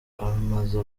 amaze